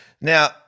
now